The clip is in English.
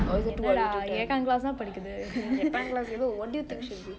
or is too early to tell எட்டா:etta class what do you think she will be